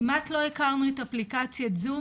כמעט לא הכרנו את אפליקציית זום,